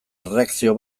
erreakzio